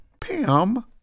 Pam